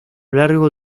largo